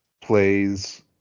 plays